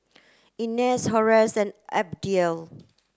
Inez Horace and Abdiel